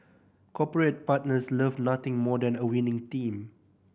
corporate partners love nothing more than a winning team